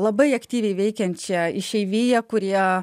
labai aktyviai veikiančią išeiviją kurie